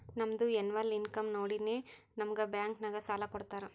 ನಮ್ದು ಎನ್ನವಲ್ ಇನ್ಕಮ್ ನೋಡಿನೇ ನಮುಗ್ ಬ್ಯಾಂಕ್ ನಾಗ್ ಸಾಲ ಕೊಡ್ತಾರ